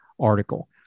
article